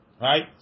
Right